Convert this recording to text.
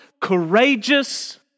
courageous